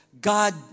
God